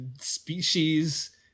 species